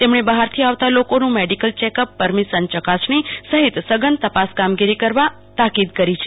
તેમણે બહારથી આવતા લોકોન મેડીકલ ચેકઅપ પરમિશનની ચકાસણી સહિતની સઘન તપાસ કામગીરી કરવા તાકીદ કરાઈ હતી